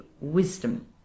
wisdom